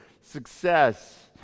success